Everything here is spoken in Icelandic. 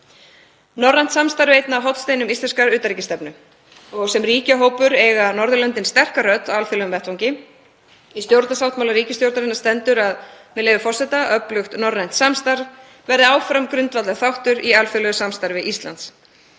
Norrænt samstarf er einn af hornsteinum íslenskrar utanríkisstefnu og sem ríkjahópur eiga Norðurlöndin sterka rödd á alþjóðlegum vettvangi. Í stjórnarsáttmála ríkisstjórnarinnar stendur, með leyfi forseta, að „öflugt norrænt samstarf [verði] áfram grundvallarþáttur í alþjóðlegu samstarfi Íslands“.